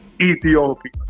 Ethiopia